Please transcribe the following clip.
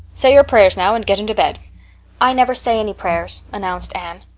say your prayers now and get into bed i never say any prayers, announced anne.